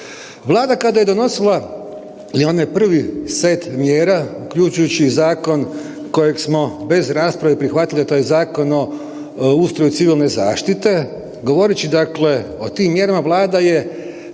Vlada kada je donosila i onaj prvi set mjera, uključujući i zakon kojeg smo bez rasprave prihvatili, a to je Zakon o ustroju civilne zaštite, govoreći, dakle o tim mjerama, Vlada je